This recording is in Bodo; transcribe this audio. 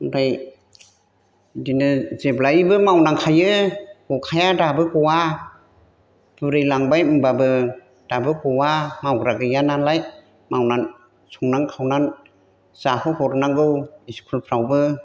ओमफ्राय बिदिनो जेब्लाबो मावनांखायो गखाया दाबो गआ बुरैलांबाय होनबाबो दाबो गआ मावग्रा गैया नालाय मावनानै संनानै खावनानै जाहोहरनांगौ स्कुलफ्रावबो